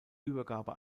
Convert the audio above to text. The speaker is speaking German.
übergabe